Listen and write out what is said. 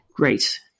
great